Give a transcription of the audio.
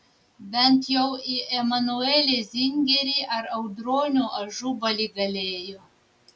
bent jau į emanuelį zingerį ar audronių ažubalį galėjo